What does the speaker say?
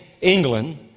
England